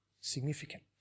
significant